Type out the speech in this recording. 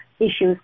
issues